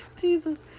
Jesus